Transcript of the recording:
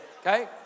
Okay